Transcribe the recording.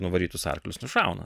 nuvarytus arklius nušauna